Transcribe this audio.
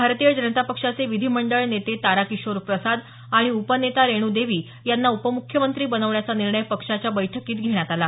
भारतीय जनता पक्षाचे विधिमंडळ नेते ताराकिशोर प्रसाद आणि उपनेता रेणुदेवी यांना उपम्ख्यमंत्री बनवण्याचा निर्णय पक्षाच्या बैठकीत घेण्यात आला